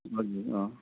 हजुर अँ